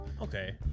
Okay